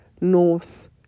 north